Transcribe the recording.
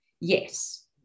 Yes